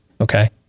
okay